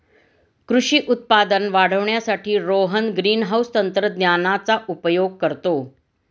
कृषी उत्पादन वाढवण्यासाठी रोहन ग्रीनहाउस तंत्रज्ञानाचा उपयोग करतो